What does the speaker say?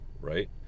right